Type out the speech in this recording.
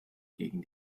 gegen